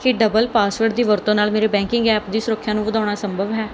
ਕੀ double password ਦੀ ਵਰਤੋਂ ਨਾਲ ਮੇਰੇ ਬੈਂਕਿੰਗ ਐਪ ਦੀ ਸੁਰੱਖਿਆ ਨੂੰ ਵਧਾਉਣਾ ਸੰਭਵ ਹੈ